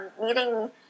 meeting